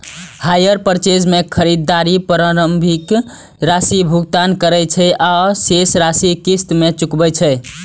hire purchase मे खरीदार प्रारंभिक राशिक भुगतान करै छै आ शेष राशि किस्त मे चुकाबै छै